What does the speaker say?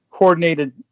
coordinated